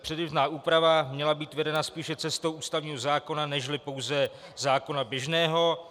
Předběžná úprava měla být vedena spíše cestou ústavního zákona nežli pouze zákona běžného.